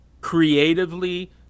creatively